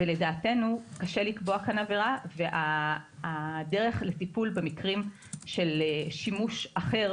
לדעתנו קשה לקבוע כאן עבירה והדרך לטיפול במקרים של שימוש אחר,